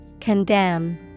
Condemn